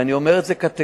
ואני אומר את זה קטגורית,